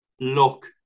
look